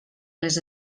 les